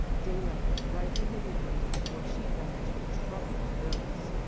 daylight was brightening the windows before she fell into a troubled doze.